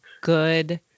good